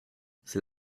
c’est